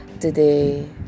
today